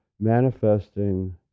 manifesting